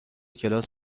کلاس